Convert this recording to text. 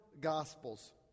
Gospels